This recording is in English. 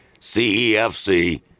CEFC